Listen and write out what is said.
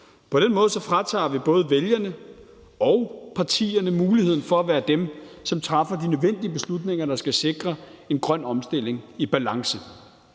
På den måde fratager vi både vælgerne og partierne muligheden for at være dem, som træffer de nødvendige beslutninger, der skal sikre en grøn omstilling i balance.